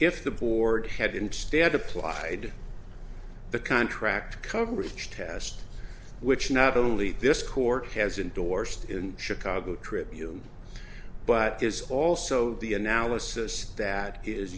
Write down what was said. if the board had instead applied the contract coverage test which not only this court has endorsed in chicago tribune but is also the analysis that is